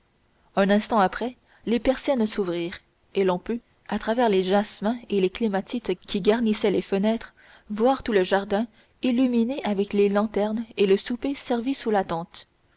un instant après les persiennes s'ouvrirent et l'on put à travers les jasmins et les clématites qui garnissaient les fenêtres voir tout le jardin illuminé avec les lanternes et le souper servi sous la tente